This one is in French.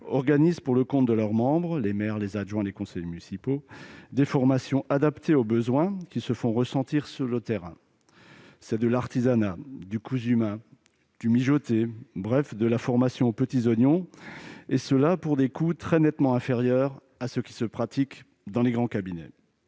organisent, pour le compte de leurs membres- maires, adjoints, conseillers municipaux -, des formations adaptées aux besoins qui se font ressentir sur le terrain : c'est de l'artisanat, du cousu main, du « mijoté », bref de la formation aux petits oignons, et cela pour des coûts très nettement inférieurs à ceux qui se pratiquent dans les grands cabinets.